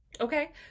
okay